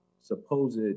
supposed